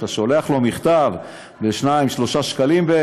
אתה שולח לו מכתב בשניים-שלושה שקלים,